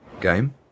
game